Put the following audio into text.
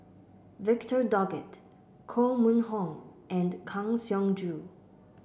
Victor Doggett Koh Mun Hong and Kang Siong Joo